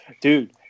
Dude